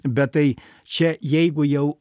bet tai čia jeigu jau